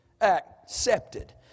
Accepted